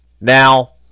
Now